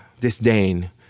disdain